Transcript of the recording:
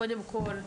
קודם כל,